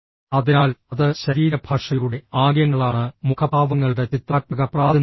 അതിനാൽ അത് ശരീരഭാഷയുടെ ആംഗ്യങ്ങളാണ് മുഖഭാവങ്ങളുടെ ചിത്രാത്മക പ്രാതിനിധ്യം